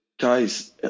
guys